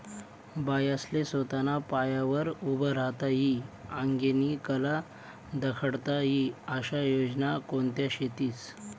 बायास्ले सोताना पायावर उभं राहता ई आंगेनी कला दखाडता ई आशा योजना कोणत्या शेतीस?